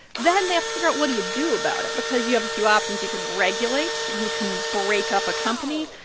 then they have to figure out, what do you do about it? because you have a few options you can regulate. you can break up a company.